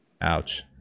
Ouch